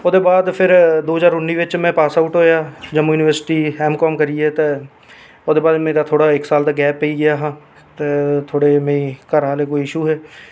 ओह्दे बाद दो हजार अठारां बिच में पास आऊट होआ जम्मू यूनिवर्सिटी एम काॅम करियै ते ओह्दे बाद मेरा थोह्ड़ा इक साल दा गैप पेई गेआ ते थोह्ड़े मिगी घरै आह्लै थोह्ड़े इशू हे